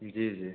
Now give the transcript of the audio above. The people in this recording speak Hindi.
जी जी